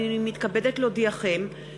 הנני מתכבדת להודיעכם,